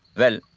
the